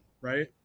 right